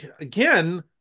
again